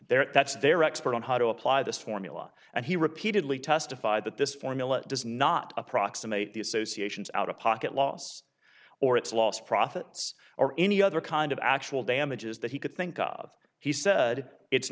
there that's their expert on how to apply this formula and he repeatedly testified that this formula does not approximate the associations out of pocket loss or its lost profits or any other kind of actual damages that he could think of he said it's